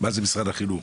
מה זה משרד החינוך?